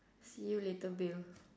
see you later bill